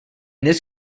this